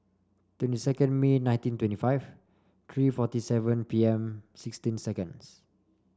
twenty second May nineteen twenty five three forty seven P M sixteen seconds